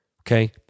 Okay